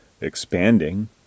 expanding